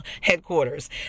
headquarters